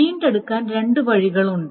വീണ്ടെടുക്കാൻ രണ്ട് വഴികളുണ്ട്